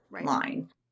Line